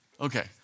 Okay